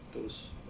those uh